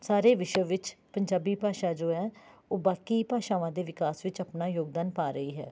ਸਾਰੇ ਵਿਸ਼ਵ ਵਿੱਚ ਪੰਜਾਬੀ ਭਾਸ਼ਾ ਜੋ ਹੈ ਉਹ ਬਾਕੀ ਭਾਸ਼ਾਵਾਂ ਦੇ ਵਿਕਾਸ ਵਿੱਚ ਆਪਣਾ ਯੋਗਦਾਨ ਪਾ ਰਹੀ ਹੈ